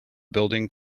building